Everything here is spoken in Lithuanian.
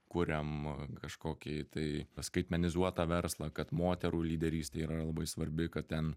kuriam kažkokį tai skaitmenizuotą verslą kad moterų lyderystė yra labai svarbi kad ten